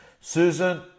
Susan